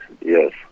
yes